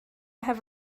have